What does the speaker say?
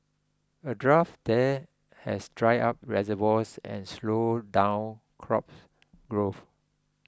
a drought there has dried up reservoirs and slowed down crop growth